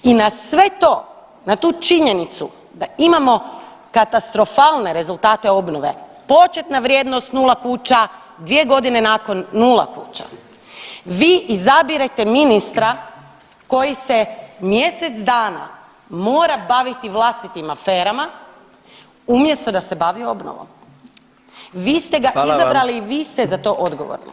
I na sve to na tu činjenicu da imamo katastrofalne rezultate obnove početna vrijednost nula kuća, dvije godine nakon nula kuća, vi izabirete ministra koji se mjesec dana mora baviti vlastitim aferama umjesto da se bavi obnovom [[Upadica predsjednik: Hvala vam.]] vi ste ga izabrali i vi ste za to odgovorni.